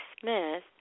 Smith